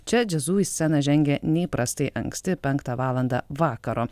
čia jazzu į sceną žengė neįprastai anksti penktą valandą vakaro